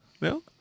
No